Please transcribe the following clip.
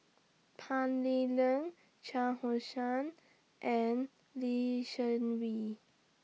Tan Lee Leng Shah Hussain and Lee Seng Wee